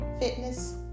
fitness